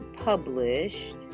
published